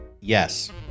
Yes